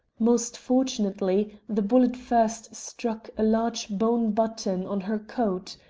most fortunately, the bullet first struck a large bone button on her coat.